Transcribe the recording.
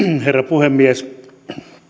herra puhemies